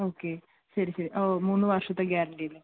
okay ശരി ശരി ഓ മൂന്ന് വർഷത്തെ ഗ്യാരൻറി